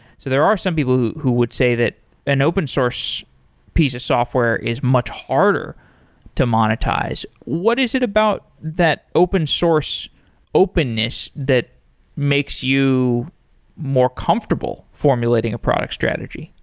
so there are some people who who would say that an open source piece of software is much harder to monetize. what is it about that open-source openness that makes you more comfortable formulating a product strategy?